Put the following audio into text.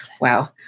Wow